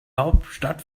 hauptstadt